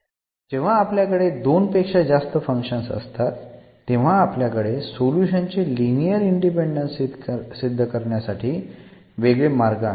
जेव्हा आपल्याकडे दोन पेक्षा जास्त फंक्शन्स असतात तेव्हा आपल्याकडे सोल्युशन्स चे लिनिअर इंडिपेंडन्स सिद्ध करण्यासाठी वेगळे मार्ग आहेत